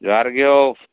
ᱡᱚᱦᱟᱨ ᱜᱮ ᱦᱳ